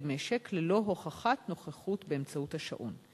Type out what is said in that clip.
במשק ללא הוכחת נוכחות באמצעות השעון.